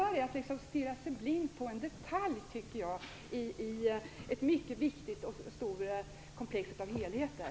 Jag tycker att man här stirrar sig blind på en enda detalj i ett mycket viktigt och stort komplex av helheter.